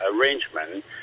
arrangement